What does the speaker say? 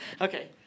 Okay